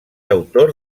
autor